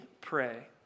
pray